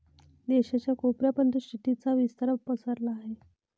देशाच्या कोपऱ्या पर्यंत शेतीचा विस्तार पसरला आहे